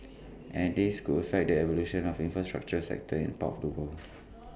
and this could affect the evolution of infrastructure sectors in part of the world